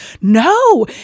no